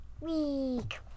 week